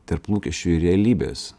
tarp lūkesčių ir realybės